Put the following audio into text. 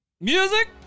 Music